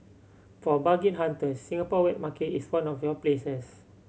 for bargain hunters Singapore wet market is one of your places